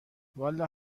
والا